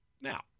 Now